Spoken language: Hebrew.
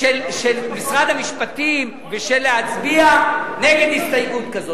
של משרד המשפטים להצביע נגד הסתייגות כזאת,